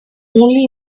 only